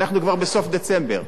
אנחנו כבר בסוף דצמבר.